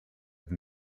than